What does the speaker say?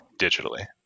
digitally